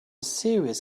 serious